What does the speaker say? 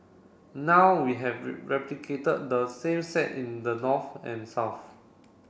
now we have replicated the same set in the north and south